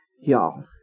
y'all